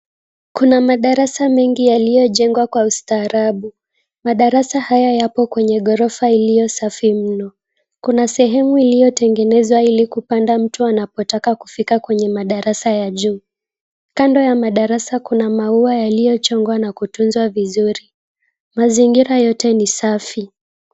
Kuna madarasa mengi yaliyojengwa kwa ustaarabu. Madarasa hayo yapo kwenye ghorofa iliyo safi mno, Kuna sehemu iliyotengenezwa kupanda ili mtu anapotaka kufika kwenye madarasa ya juu. Kando ya madarasa ,Kuna Maua yaliyochongwa na kutunzwa vizuri. Mazingira yote ni safi.